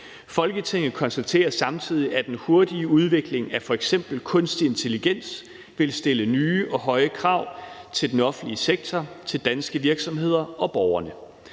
Folketinget konstaterer samtidig, at den hurtige udvikling af f.eks. kunstig intelligens vil stille nye og høje krav til den offentlige sektor, danske virksomheder og borgerne.